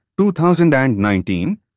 2019